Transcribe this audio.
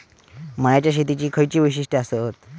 मळ्याच्या शेतीची खयची वैशिष्ठ आसत?